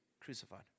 crucified